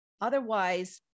Otherwise